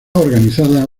organizada